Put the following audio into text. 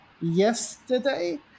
yesterday